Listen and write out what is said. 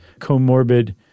comorbid